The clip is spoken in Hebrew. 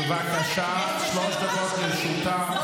בבקשה, שלוש דקות לרשותך.